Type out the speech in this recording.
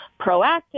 proactive